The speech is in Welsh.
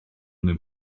mewn